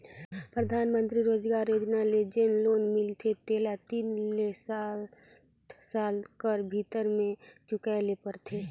परधानमंतरी रोजगार योजना ले जेन लोन मिलथे तेला तीन ले सात साल कर भीतर में चुकाए ले परथे